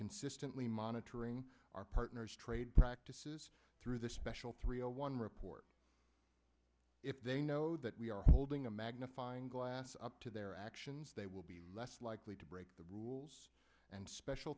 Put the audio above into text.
consistently monitoring our partners trade practices through the special three zero one report if they know that we are holding a magnifying glass up to their actions they will be less likely to break the rules and special